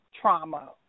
trauma